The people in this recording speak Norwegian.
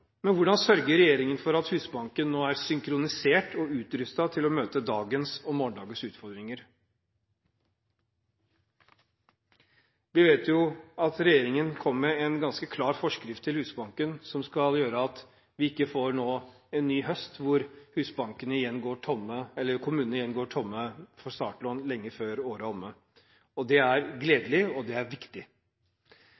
Men hvordan sørger regjeringen for at Husbanken nå er synkronisert og utrustet til å møte dagens og morgendagens utfordringer? Vi vet jo at regjeringen kom med en ganske klar forskrift til Husbanken som skal gjøre at vi ikke nå får en ny høst hvor kommunene igjen går tomme for startlån lenge før året er omme. Det er gledelig, og det er